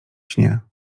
śnie